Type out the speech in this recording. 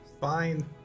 Fine